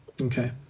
Okay